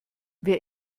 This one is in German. wer